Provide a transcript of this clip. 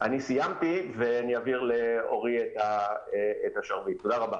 סיימתי ואני מעביר את השרביט לאורי, תודה רבה.